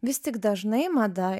vis tik dažnai mada